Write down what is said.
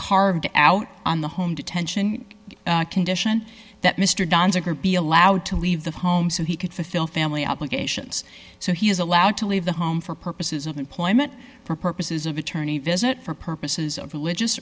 carved out on the home detention condition that mr johns agreed be allowed to leave the home so he could fulfill family obligations so he is allowed to leave the home for purposes of employment for purposes of attorney visit for purposes of religious